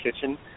Kitchen